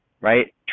right